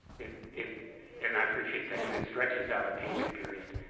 it it and i appreciate that, because it stretches out a payment period.